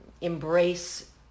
embrace